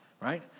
right